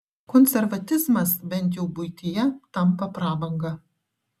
konservatizmas bent jau buityje tampa prabanga